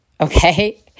okay